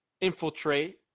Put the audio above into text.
infiltrate